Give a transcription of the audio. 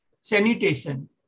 sanitation